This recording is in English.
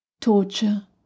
torture